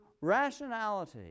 rationality